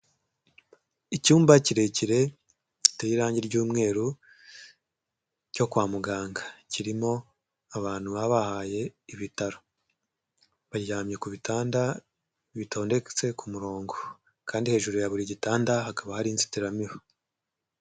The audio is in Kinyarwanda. Icyumba kirekire, giteye irangi ry'umweru cyo kwa muganga, kirimo abantu babahaye ibitaro. Baryamye ku bitanda bitondetse ku murongo, kandi hejuru ya buri gitanda hakaba hari inzitiramibu.